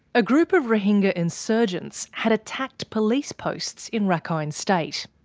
a group of rohingya insurgents had attacked police posts in rakhine state.